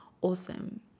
awesome